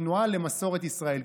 התנועה למסורת ישראל,